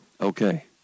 Okay